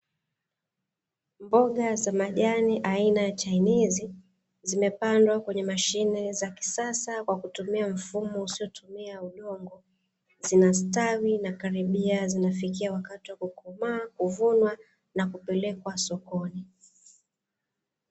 Mboga za majani aina ya chainizi zimepandwa kwenye mashine za kisasa kwa kutumia mfumo usiotumia udongo; zinastawi na karibia zinafikia wakati wa kukomaa, kuvunwa na kupelekwa sokoni.